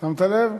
שמת לב?